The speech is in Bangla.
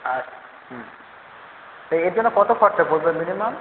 আচ্ছা হুম তো এর জন্য কত খরচা পরবে মিনিয়াম